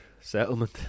settlement